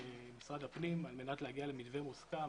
משרד הפנים על מנת להגיע למתווה מוסכם